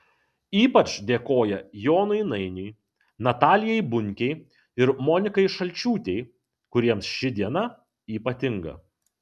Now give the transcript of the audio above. ypač dėkoja jonui nainiui natalijai bunkei ir monikai šalčiūtei kuriems ši diena ypatinga